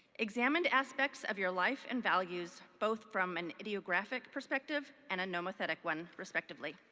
examined aspects of your life and values, both from an ideographic perspective and a nomothetic one, respectively.